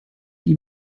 die